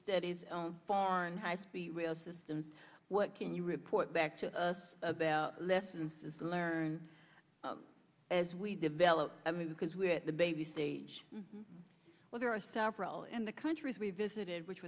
studies foreign high speed rail systems what can you report back to us about lessons learned as we develop i mean because we're at the baby stage well there are several in the countries we visited which